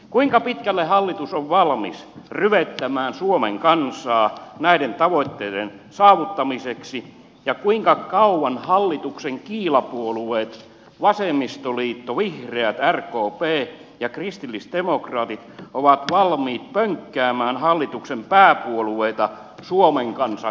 kuinka pitkälle hallitus on valmis ryvettämään suomen kansaa näiden tavoitteiden saavuttamiseksi ja kuinka kauan hallituksen kiilapuolueet vasemmistoliitto vihreät rkp ja kristillisdemokraatit ovat valmiit pönkkäämään hallituksen pääpuolueita suomen kansan kustannuksella